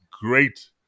great